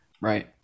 right